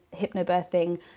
hypnobirthing